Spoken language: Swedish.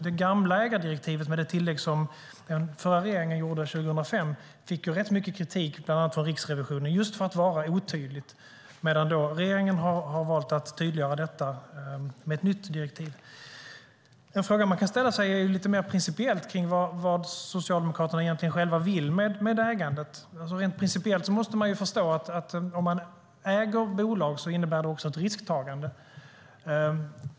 Det gamla ägardirektivet med det tillägg som den förra regeringen gjorde 2005 fick rätt mycket kritik från bland annat Riksrevisionen just för att vara otydligt, medan regeringen har valt att tydliggöra detta genom ett nytt direktiv. Den fråga man kan ställa sig är lite principiellt vad Socialdemokraterna själva vill med ägandet. Rent principiellt måste man förstå att om man äger ett bolag innebär det ett risktagande.